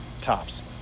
tops